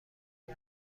کمک